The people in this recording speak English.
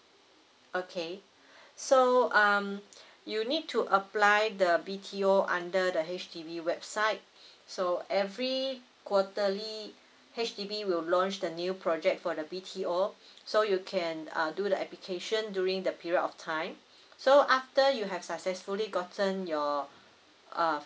okay so um you need to apply the B_T_O under the H_D_B website so every quarterly H_D_B will launch the new project for the B_T_O so you can err do the application during the period of time so after you have successfully gotten your err